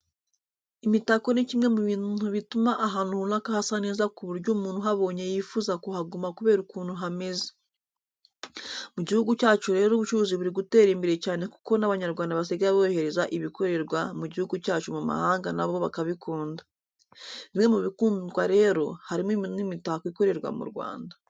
Imitako ni kimwe mu bintu bituma ahantu runaka hasa neza ku buryo umuntu uhabonye yifuza kuhaguma kubera ukuntu hameze. Mu gihugu cyacu rero ubucuruzi buri gutera imbere cyane kuko n'Abanyarwanda basigaye bohereza ibikorerwa mu gihugu cyacu mu mahanga na bo bakabikunda. Bimwe mu bikundwa rero harimo n'imitako ikorerwa mu Rwanda.